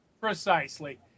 Precisely